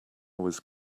was